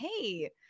hey